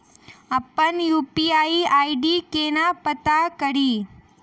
अप्पन UPI ID केना पत्ता कड़ी?